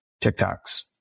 TikToks